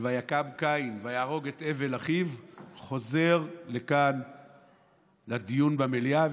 ויקם קין ויהרוג את הבל אחיו חוזר לכאן לדיון במליאה.